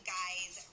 guys